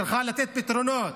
צריכה לתת פתרונות,